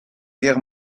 guerre